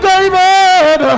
David